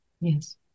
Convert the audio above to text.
Yes